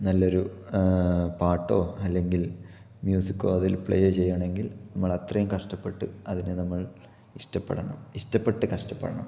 നല്ലൊരു പാട്ടോ അല്ലെങ്കില് മ്യൂസിക്കോ അതില് പ്ലേ ചെയ്യണമെങ്കില് നമ്മളത്രയും കഷ്ടപ്പെട്ട് അതിനെ നമ്മള് ഇഷ്ടപ്പെടണം ഇഷ്ടപ്പെട്ടു കഷ്ടപ്പെടണം